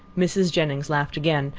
mrs. jennings laughed again,